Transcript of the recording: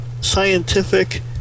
scientific